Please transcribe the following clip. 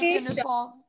uniform